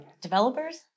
Developers